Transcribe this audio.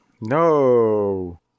No